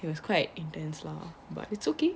it was quite intense lah but it's okay